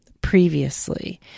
previously